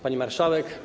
Pani Marszałek!